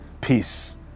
peace